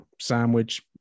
sandwich